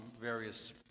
various